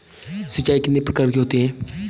सिंचाई कितनी प्रकार की होती हैं?